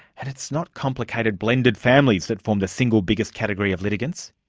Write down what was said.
and it's not complicated blended families that form the single biggest category of litigants,